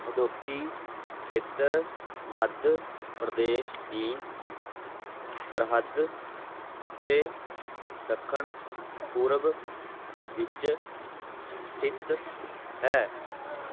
ਹਦੋਤੀ ਖੇਤਰ ਮੱਧ ਪ੍ਰਦੇਸ਼ ਦੀ ਸਰਹੱਦ ਉੱਤੇ ਦੱਖਣ ਪੂਰਬ ਵਿੱਚ ਸਥਿਤ ਹੈ